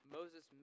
Moses